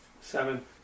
Seven